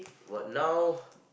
but now